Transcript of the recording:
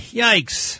yikes